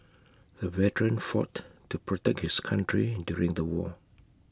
the veteran fought to protect his country during the war